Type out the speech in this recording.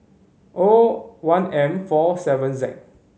O one M four seven Z